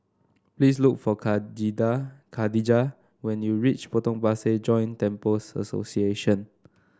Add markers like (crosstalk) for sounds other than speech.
please look for (unintelligible) Khadijah when you reach Potong Pasir Joint Temples Association